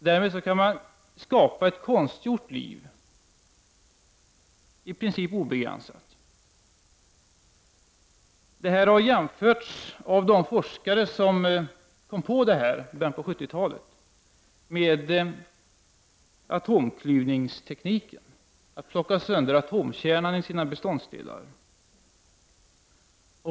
Därmed kan man i princip obegränsat skapa ett konstgjort liv. Detta har, av de forskare som kom på detta i början av 70-talet, jämförts med atomklyvningstekniken, sönderplockandet av atomkärnan i dess beståndsdelar.